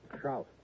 trout